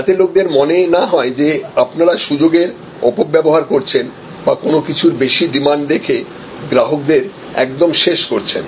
যাতে লোকেদের মনে না হয় যে আপনারা সুযোগের অপব্যবহার করছেন বা কোন কিছুর বেশি ডিমান্ড দেখে গ্রাহকদের একদম শেষ করছেন